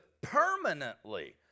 permanently